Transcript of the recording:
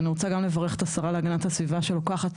ואני רוצה גם לברך את השרה להגנת הסביבה שלוקחת